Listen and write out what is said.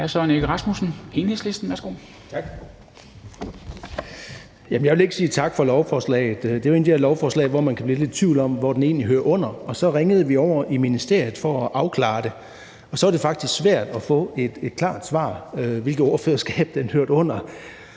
Jeg vil ikke sige tak for lovforslaget. Det er jo et af de her lovforslag, som man kan blive lidt i tvivl om hvor egentlig hører under, og så ringede vi over i ministeriet for at afklare det. Men så var det faktisk svært at få et klart svar på, hvilket ordførerskab det hørte under.